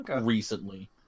recently